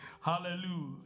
hallelujah